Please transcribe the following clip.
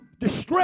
distress